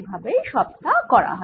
এই ভাবেই সব টা করা হয়